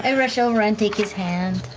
and rush over and take his hand.